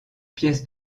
pièce